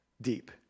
deep